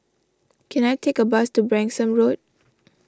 can I take a bus to Branksome Road